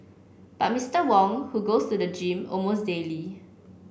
but Mister Wong who goes to the gym almost daily